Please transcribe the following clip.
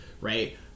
right